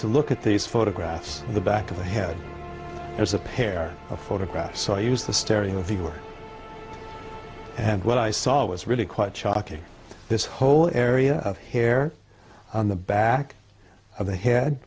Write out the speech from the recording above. to look at these photographs in the back of the head there's a pair of photographs i used the stereo viewer and what i saw was really quite shocking this whole area of hair on the back of the head